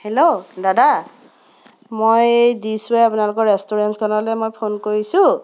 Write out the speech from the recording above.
hello দাদা মই দিছোঁ আপোনালোকৰ ৰেষ্টুৰেণ্টখনলৈ মই ফোন কৰিছোঁ